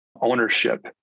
ownership